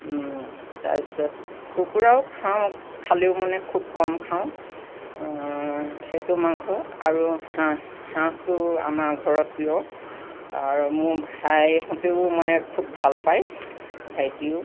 তাৰ পিছত কুকুৰাও খাওঁ খালেও মানে খুব কম খাওঁ সেইটো মাংস আৰু হাঁহ হাঁহটো আমাৰ ঘৰত প্ৰিয় আৰু মোৰ ভাইহঁতেও মানে খুব ভাল পাই ভাইটিয়েও